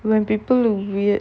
when people are weird